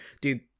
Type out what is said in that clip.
Dude